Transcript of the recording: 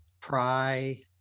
Pry